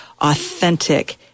authentic